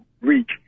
reach